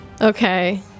Okay